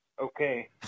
Okay